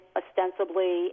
ostensibly